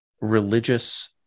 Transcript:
religious